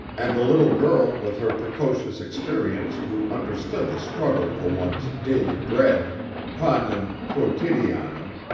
and the little girl with her precocious experience who understood the struggle for one's daily bread panem quotidianum.